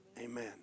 Amen